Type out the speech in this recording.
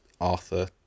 Arthur